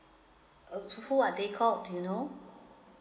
uh who are they called you know